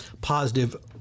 positive